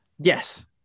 Yes